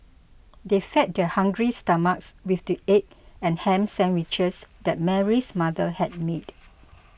they fed their hungry stomachs with the egg and ham sandwiches that Mary's mother had made